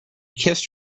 kissed